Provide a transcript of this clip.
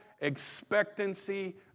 expectancy